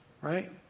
right